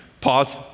Pause